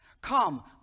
Come